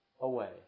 away